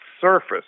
surface